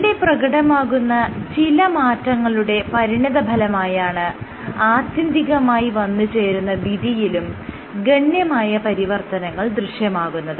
ഇവിടെ പ്രകടമാകുന്ന ചില മാറ്റങ്ങളുടെ പരിണിതഫലമായാണ് ആത്യന്തികമായി വന്നുചേരുന്ന വിധിയിലും ഗണ്യമായ പരിവർത്തനങ്ങൾ ദൃശ്യമാകുന്നത്